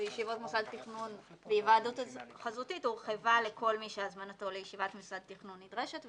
תכנון והיוועדות חזותית הורחבה לכל מי שהזמנתו לישיבת מוסד תכנון נדרשת,